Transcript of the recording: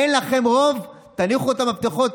אין לכם רוב, תניחו את המפתחות.